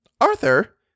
Arthur